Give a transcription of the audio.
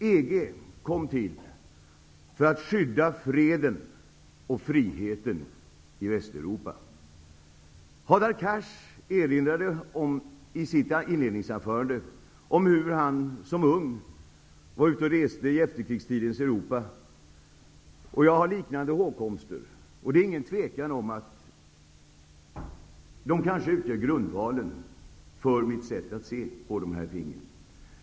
EG kom till för att skydda freden och friheten i Västeuropa. Hadar Cars erinrade sig i sitt inledningsanförande hur han som ung var ute och reste i efterkrigstidens Europa. Jag har liknande hågkomster. Det utgör kanske grundvalen för mitt sätt att se på dessa ting.